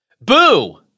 Boo